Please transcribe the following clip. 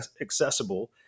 accessible